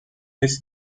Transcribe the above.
his